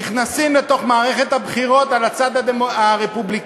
נכנסים לתוך מערכת הבחירות על הצד הרפובליקני,